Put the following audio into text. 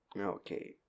Okay